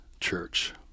church